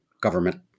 government